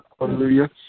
Hallelujah